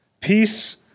peace